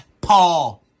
Paul